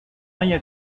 haya